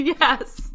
Yes